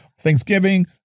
Thanksgiving